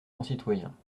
concitoyens